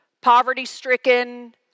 Poverty-stricken